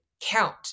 count